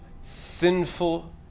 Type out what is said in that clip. sinful